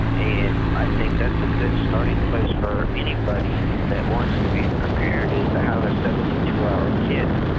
and i think that's a good starting place for anybody that wants to be prepared, is to have a seventy two hour kit.